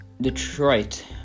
Detroit